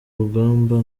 rugamba